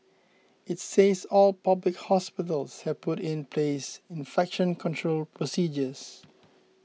it says all public hospitals have put in place infection control procedures